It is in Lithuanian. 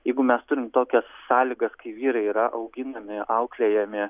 jeigu mes turim tokias sąlygas kai vyrai yra auginami auklėjami